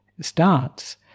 starts